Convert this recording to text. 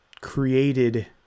created